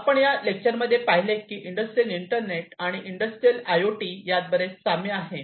आपण या लेक्चरमध्ये पाहिले की इंडस्ट्रियल इंटरनेट आणि इंडस्ट्रियल आय ओ टी यात बरेच साम्य आहे